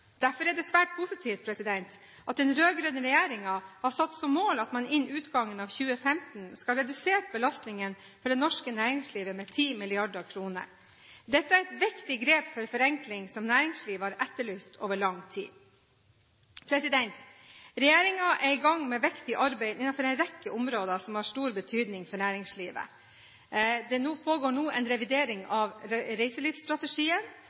Derfor er det svært positivt at den rød-grønne regjeringen har satt som mål at man innen utgangen av 2015 skal ha redusert belastningen for det norske næringslivet med 10 mrd. kr. Dette er et viktig grep for forenkling, som næringslivet har etterlyst over lang tid. Regjeringen er i gang med viktig arbeid innenfor en rekke områder som har stor betydning for næringslivet. Det pågår nå en revidering av reiselivsstrategien,